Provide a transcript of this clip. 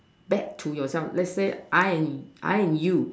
bad to yourself lets say I and I and you